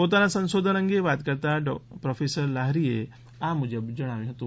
પોતાના સંશોધન અંગે વાત કરતાં પ્રોફેસર લહિરીએ આ મુજબ જણાવ્યં હતું